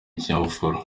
ikinyabupfura